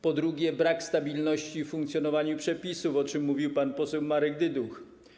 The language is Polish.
Po drugie, brak stabilności w funkcjonowaniu przepisów, o czym mówił pan poseł Marek Dyduch.